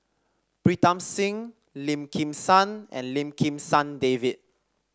Pritam Singh Lim Kim San and Lim Kim San David